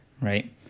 right